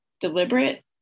deliberate